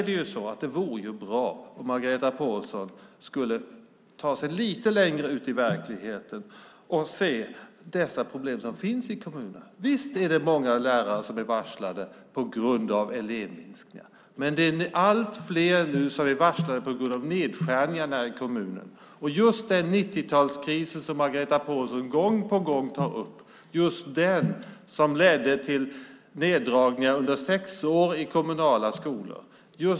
Det vore bra om Margareta Pålsson kunde ta sig lite längre ut i verkligheten och se de problem som finns i kommunerna. Visst är det många lärare som är varslade på grund av ett minskat elevantal, men det är allt fler som blir varslade på grund av nedskärningar i kommunerna. Just den 90-talskris som Margareta Pålsson gång på gång tar upp ledde till neddragningar under sex år i kommunala skolor.